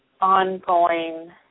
ongoing